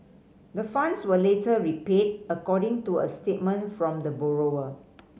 the funds were later repaid according to a statement from the borrower